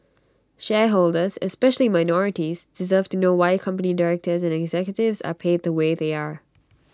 shareholders especially minorities deserve to know why company directors and executives are paid the way they are